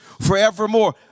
forevermore